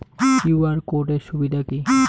QR code এর সুবিধা কি?